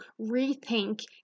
rethink